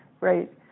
right